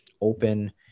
open